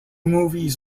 movies